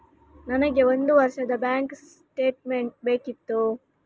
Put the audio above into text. ನನಗೆ ಒಂದು ವರ್ಷದ ಬ್ಯಾಂಕ್ ಸ್ಟೇಟ್ಮೆಂಟ್ ಬೇಕಿತ್ತು